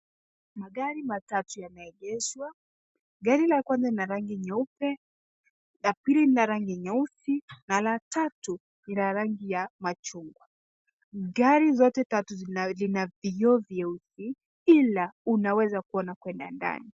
Magari matatu yameegeshwa. Gari la kwanza ni la rangi nyeupe, la pili ni la rangi nyeusi na la tatu ni la rangi ya machungwa. Gari zote tatu zina vioo vyeusi ila unaweza kuona kuenda ndani.